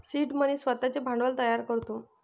seed money स्वतःचे भांडवल तयार करतो